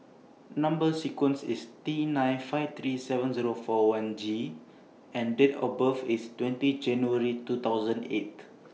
Number sequence IS T nine five three seven Zero four one G and Date of birth IS twenty January two thousand and eight